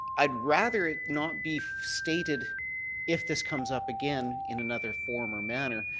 i'd rather it not be stated if this comes up again in another form or manner,